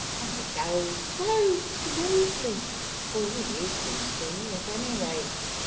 and it goes so smoothly for all you can see, at any rate.